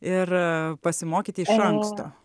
ir pasimokyti iš anksto